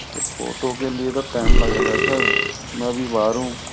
तो फ़ोटो के लिए तो टाइम लगेगा सर मैं अभी बाहर हूँ